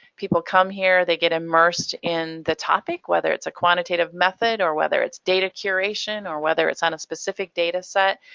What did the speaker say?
people come here, they get immersed in the topic, whether it's a quantitative method, or whether it's data curation, or whether it's on a specific data set,